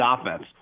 offense